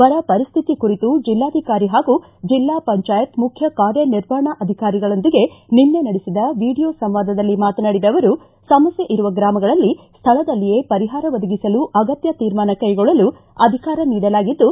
ಬರ ಪರಿಸ್ತಿತಿ ಕುರಿತು ಜಿಲ್ಲಾಧಿಕಾರಿ ಹಾಗೂ ಜಿಲ್ಲಾ ಪಂಚಾಯತ್ ಮುಖ್ಯ ಕಾರ್ಯ ನಿರ್ವಹಣಾ ಅಧಿಕಾರಿಗಳೊಂದಿಗೆ ನಿನ್ನೆ ನಡೆಸಿದ ವಿಡಿಯೋ ಸಂವಾದದಲ್ಲಿ ಮಾತನಾಡಿದ ಅವರು ಸಮಸ್ತೆ ಇರುವ ಗ್ರಾಮಗಳಲ್ಲಿ ಸ್ವಳದಲ್ಲಿಯೇ ಪರಿಹಾರ ಒದಗಿಸಲು ಅಗತ್ಯ ತೀರ್ಮಾನ ಕೈಗೊಳ್ಳಲು ಅಧಿಕಾರ ನೀಡಲಾಗಿದ್ದು